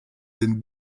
than